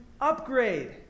upgrade